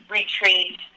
retreat